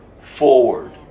forward